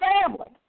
family